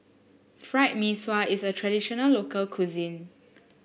Fried Mee Sua is a traditional local cuisine